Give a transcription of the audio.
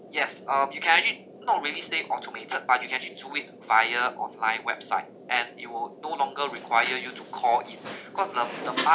yes um you can edit not really say automated but you can actually do it via online website and it will no longer require you to call in because now the part